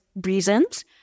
reasons